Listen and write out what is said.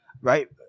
right